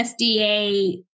FDA